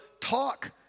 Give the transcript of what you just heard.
talk